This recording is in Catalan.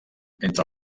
entre